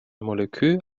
molekül